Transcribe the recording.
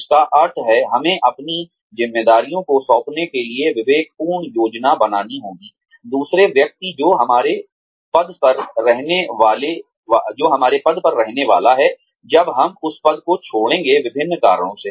जिसका अर्थ है हमें अपनी जिम्मेदारियों को सौंपने के लिए विवेकपूर्ण योजना बनानी होगी दूसरे व्यक्ति को जो हमारे पद पर रहने वाला है जब हम उस पद को छोड़ेंगे विभिन्न कारणों से